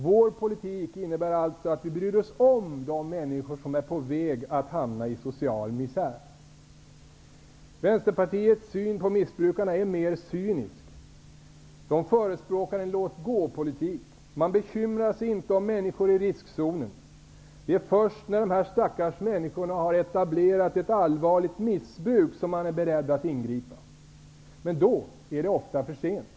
Vår politik innebär att vi bryr oss om de människor som är på väg att hamna i social misär. Vänsterpartiets syn på missbrukarna är mer cynisk. De förespråkar en låt-gå-politik. Man bekymrar sig inte om människor i riskzonen. Det är först när dessa stackars människor har etablerat ett allvarligt missbruk som man är beredd att ingripa, men då är det ofta för sent.